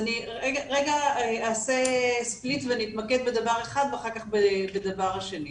אני רגע אעשה 'ספליט' ואתמקד בדבר אחד ואחר כך בדבר השני.